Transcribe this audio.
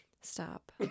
Stop